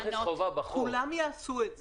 אם אני אכניס חובה בחוק -- כולם יעשו את זה.